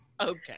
okay